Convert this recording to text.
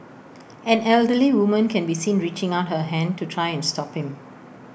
an elderly woman can be seen reaching out her hand to try and stop him